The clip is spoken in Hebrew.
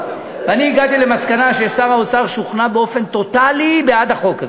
ואני הגעתי למסקנה ששר האוצר שוכנע באופן טוטלי בעד החוק הזה,